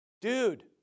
Dude